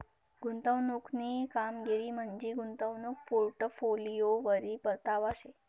गुंतवणूकनी कामगिरी म्हंजी गुंतवणूक पोर्टफोलिओवरी परतावा शे